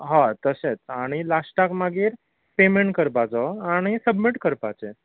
हय तशेंच आनी लाश्टाक मागीर पेमेंट करपाचो आनी सबमीट करपाचें